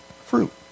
fruit